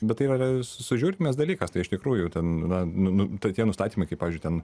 bet tai yra sužiūrimas dalykas tai iš tikrųjų ten yra nu tokie nustatymai kaip pavyzdžiui ten